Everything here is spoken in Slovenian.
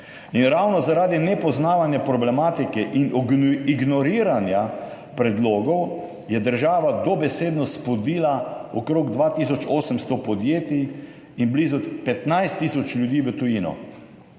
Ravno zaradi nepoznavanja problematike in ignoriranja predlogov je država dobesedno spodila okrog 2 tisoč 800 podjetij in blizu 15 tisoč ljudi v tujino.